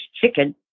chicken